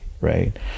right